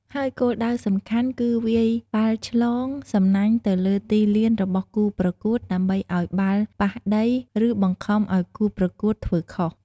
ហើយគោលដៅសំខាន់គឺវាយបាល់ឆ្លងសំណាញ់ទៅលើទីលានរបស់គូប្រកួតដើម្បីឱ្យបាល់ប៉ះដី ឬបង្ខំឱ្យគូប្រកួតធ្វើខុស។